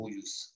use